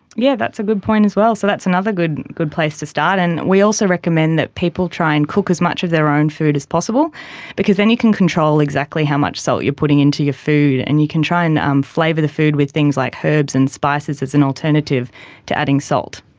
yeah that's a good point as well, so that's another good good place to start. and we also recommend that people try and cook as much of their own food as possible because then you can control exactly how much salt you are putting into your food and you can try and um flavour the food with things like herbs and spices as an alternative to adding salt.